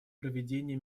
проведения